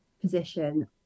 position